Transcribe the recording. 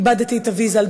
איבדתי את אבי ז"ל,